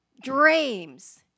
Dreams